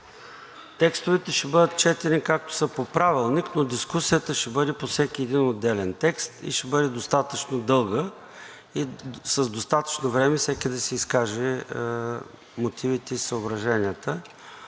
Текстовете ще бъдат четени, както са по Правилник, но дискусията ще бъде по всеки един отделен текст и ще бъде достатъчно дълга, с достатъчно време всеки да си изкаже мотивите и съображенията.